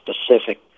specific